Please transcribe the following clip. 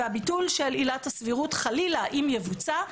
והביטול של עילת הסבירות חלילה אם יבוצע,